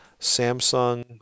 Samsung